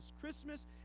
Christmas